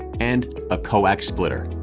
and a coax splitter.